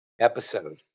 episode